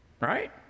right